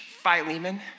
Philemon